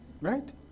Right